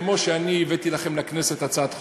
כמו שאני הבאתי לכם לכנסת הצעת חוק,